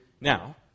now